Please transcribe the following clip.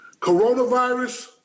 Coronavirus